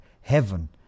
heaven